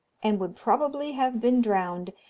and would probably have been drowned,